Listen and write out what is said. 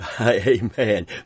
Amen